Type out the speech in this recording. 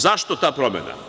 Zašto ta promena?